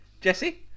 Jesse